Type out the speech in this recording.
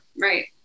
Right